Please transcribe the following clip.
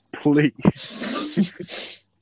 please